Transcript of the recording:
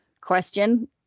question